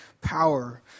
power